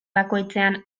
bakoitzean